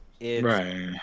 Right